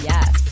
Yes